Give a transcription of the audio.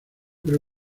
creo